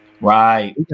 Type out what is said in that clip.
Right